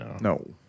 No